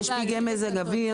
יש פגעי מזג אוויר.